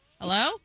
Hello